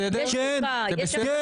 אני הייתי איש אופוזיציה,